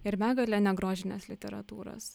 ir begalę negrožinės literatūros